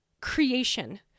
creation